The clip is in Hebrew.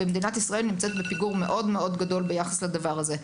ומדינת ישראל נמצאת בפיגור מאוד מאוד גדול ביחס לדבר הזה.